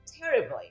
terribly